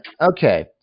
Okay